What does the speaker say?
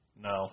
No